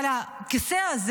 אבל הכיסא הזה